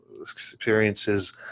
Experiences